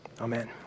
Amen